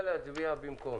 הצבעה אושרה